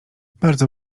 bardzo